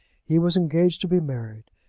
he was engaged to be married,